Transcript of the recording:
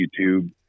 YouTube